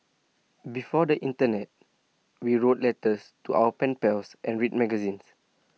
before the Internet we wrote letters to our pen pals and read magazines